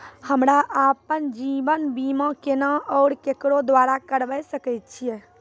हमरा आपन जीवन बीमा केना और केकरो द्वारा करबै सकै छिये?